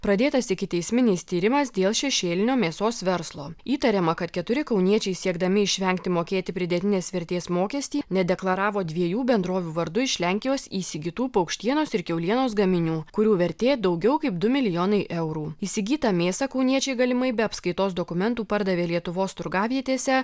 pradėtas ikiteisminis tyrimas dėl šešėlinio mėsos verslo įtariama kad keturi kauniečiai siekdami išvengti mokėti pridėtinės vertės mokestį nedeklaravo dviejų bendrovių vardu iš lenkijos įsigytų paukštienos ir kiaulienos gaminių kurių vertė daugiau kaip du milijonai eurų įsigyta mėsą kauniečiai galimai be apskaitos dokumentų pardavė lietuvos turgavietėse